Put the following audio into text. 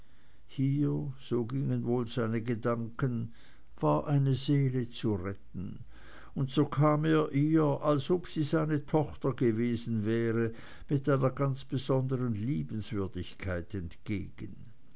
hier so gingen wohl seine gedanken war eine seele zu retten und so kam er ihr als ob sie seine tochter gewesen wäre mit einer ganz besonderen liebenswürdigkeit entgegen